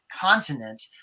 continent